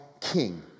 king